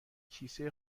کیسه